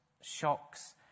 shocks